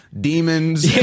demons